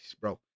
Bro